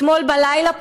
אתמול בלילה,